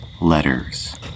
letters